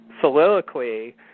Soliloquy